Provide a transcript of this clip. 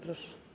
Proszę.